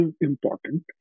important